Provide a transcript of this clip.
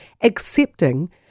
accepting